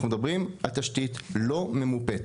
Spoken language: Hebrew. אנחנו מדברים על תשתית לא ממופה,